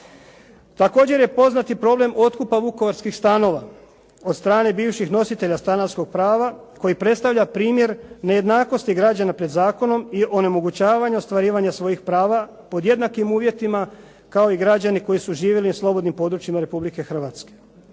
Također je poznat i problem otkupa vukovarskih stanova od strane bivših nositelja stanarskog prava koji predstavlja primjer nejednakosti građana pred zakonom i onemogućavanja ostvarivanja svojih prava pod jednakim uvjetima kao i građani koji su živjeli na slobodnim područjima Republike Hrvatske.